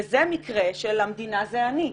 וזה מקרה של "המדינה זה אני".